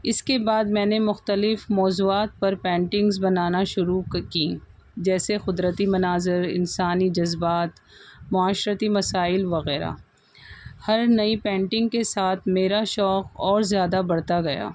اس کے بعد میں نے مختلف موضوعات پر پینٹنگس بنانا شروع کیں جیسے قدرتی مناظر انسانی جذبات معاشرتی مسائل وغیرہ ہر نئی پینٹنگ کے ساتھ میرا شوق اور زیادہ بڑھتا گیا